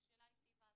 השאלה היא טיב ההשמה,